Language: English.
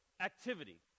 activity